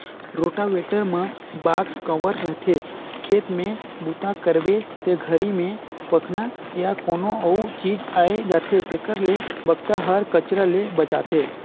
rotavator म box cover रहिथे, खेत में बूता करबे ते घरी में पखना या कोनो अउ चीज आये जाथे तेखर ले बक्सा हर कचरा ले बचाथे